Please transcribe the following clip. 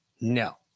No